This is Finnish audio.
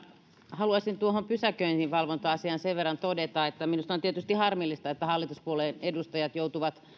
haluaisin tuohon pysäköinninvalvonta asiaan sen verran todeta että minusta on tietysti harmillista että hallituspuolueen edustajat joutuvat